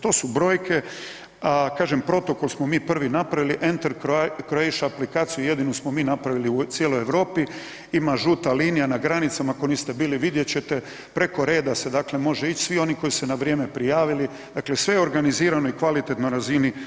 To su brojke a kažem, protokol smo mi prvi napravili, Enter Croatia aplikaciju, jedinu smo mi napravili u cijeloj Europi, ima žuta linija na granicama, ako niste bili, vidjet ćete, preko reda se dakle može ić, svi koji se na vrijeme prijavili, dakle sve je organizirano i kvalitetno na razini EU-a.